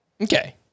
Okay